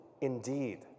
indeed